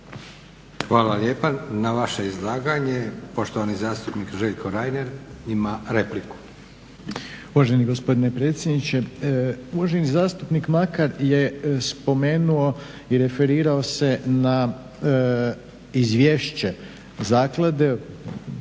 Hvala lijepa. Na vaše izlaganje poštovani zastupnik Željko Reiner ima repliku.